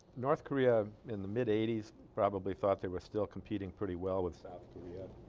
north korea in the mid eighties probably thought they were still competing pretty well with south korea ah.